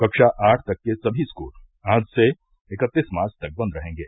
कक्षा आठ तक के सभी स्कूल आज से इकतीस मार्च तक बन्द रहेंगे